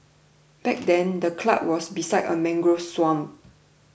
back then the club was beside a mangrove swamp